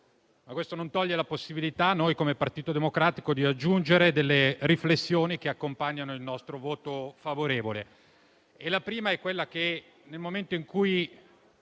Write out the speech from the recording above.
Ma questo non toglie la possibilità, a noi come Partito Democratico, di aggiungere delle riflessioni che accompagnano il nostro voto favorevole.